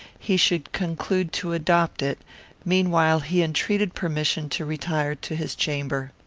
he should conclude to adopt it meanwhile he entreated permission to retire to his chamber.